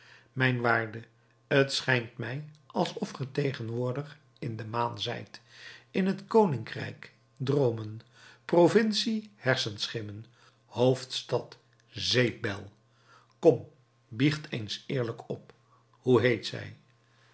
mijn waarde t schijnt mij alsof ge tegenwoordig in de maan zijt in het koninkrijk droomen provincie hersenschimmen hoofdstad zeepbel kom biecht eens eerlijk op hoe heet zij